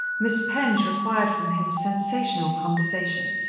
miss penge required from him sensational conversation.